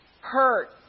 hurt